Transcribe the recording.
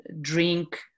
drink